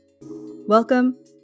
Welcome